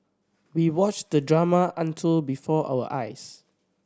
we watched the drama until before our eyes